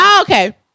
Okay